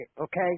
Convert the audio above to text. okay